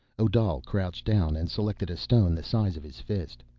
odal crouched down and selected a stone the size of his fist.